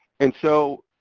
and so,